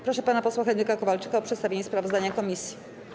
Proszę pana posła Henryka Kowalczyka o przedstawienie sprawozdania komisji.